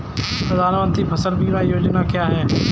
प्रधानमंत्री फसल बीमा योजना क्या है?